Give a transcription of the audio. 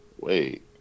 wait